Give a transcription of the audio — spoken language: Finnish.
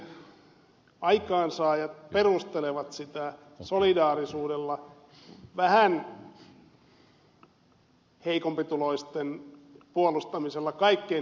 tämän vääryyden aikaansaajat perustelevat sitä solidaarisuudella vähän heikompituloisten puolustamisella kaikkein heikompituloisia vastaan